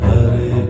Hare